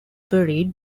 buried